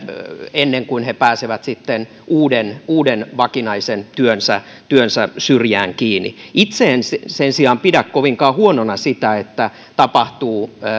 ennen kuin he pääsevät sitten uuden uuden vakinaisen työnsä työnsä syrjään kiinni itse en sen sijaan pidä kovinkaan huonona sitä että tapahtuu